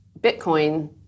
Bitcoin